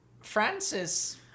Francis